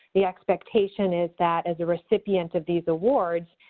the expectation is that as a recipient of these awards,